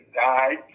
died